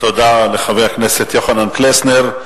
תודה לחבר הכנסת יוחנן פלסנר.